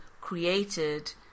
created